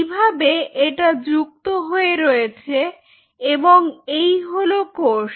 এইভাবে এটা যুক্ত হয়ে রয়েছে এবং এই হল কোষ